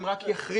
הם רק יחריפו.